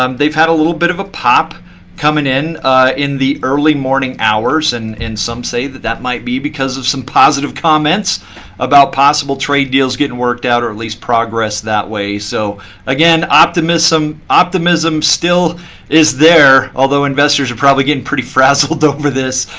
um they've had a little bit of a pop coming in in the early morning hours. and some say that that might be because of some positive comments about possible trade deals getting worked out or at least progress that way. so again, optimism optimism still is there, although investors are probably getting pretty frazzled over this,